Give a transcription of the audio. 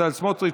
בצלאל סמוטריץ',